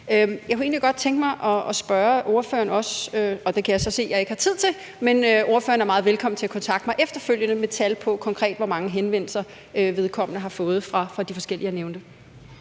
egentlig godt tænke mig at spørge ordføreren om noget andet, men det kan jeg se, jeg ikke har tid til. Men ordføreren er meget velkommen til at kontakte mig efterfølgende med tal på, hvor mange henvendelser vedkommende konkret har fået fra de forskellige, jeg nævnte.